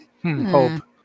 hope